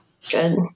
Good